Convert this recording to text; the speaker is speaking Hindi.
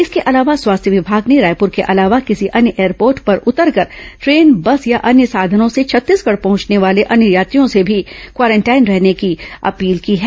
इसके अलावा स्वास्थ्य विभाग ने रायपुर के अलावा किसी अन्य एयरपोर्ट पर उतरकर ट्रेन बस या अन्य साधनों से छत्तीसगढ़ पहुंचने वाले अन्य यात्रियों से भी क्वारेंटाइन रहने की अपील की है